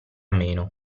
meno